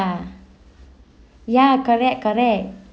ya ya correct correct